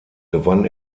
gewann